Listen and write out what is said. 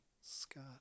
Scott